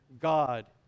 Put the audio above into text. God